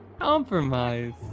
Compromise